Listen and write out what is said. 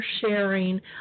sharing